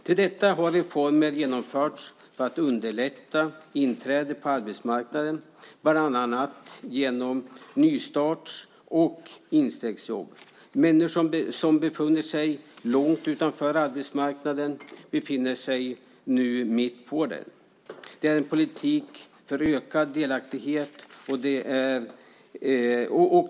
Till detta har reformer genomförts för att underlätta inträdet på arbetsmarknaden, bland annat genom nystarts och instegsjobb. Människor som befunnit sig långt utanför arbetsmarknaden befinner sig nu mitt i den. Det är en politik för ökad delaktighet.